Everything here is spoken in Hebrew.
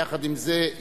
יחד עם זה,